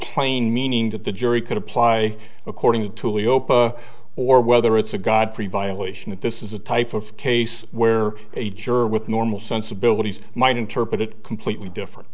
plain meaning that the jury could apply according to lee opa or whether it's a godfrey violation that this is the type of case where a juror with normal sensibilities might interpret it completely different